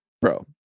Bro